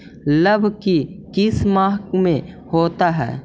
लव की किस माह में होता है?